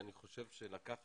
יעל, אני חושב שלתת